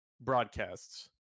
broadcasts